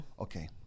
Okay